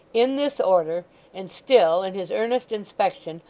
in this order and still, in his earnest inspection,